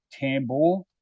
Tambor